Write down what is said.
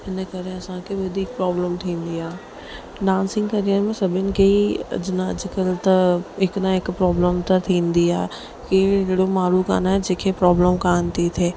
इन करे असांखे वधीक प्रॉब्लम थींदी आहे डांसिंग कॼण में सभिनि खे अॼु न अॼुकल्ह त हिकु न हिकु प्रॉब्लम त थींदी आहे कि अहिड़ो माण्हू कान्हे जंहिंखे प्रॉब्लम कान थी थिए